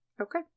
Okay